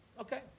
Okay